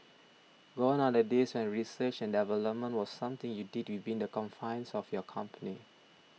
gone are the days when research and development was something you did within the confines of your company